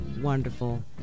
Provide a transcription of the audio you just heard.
wonderful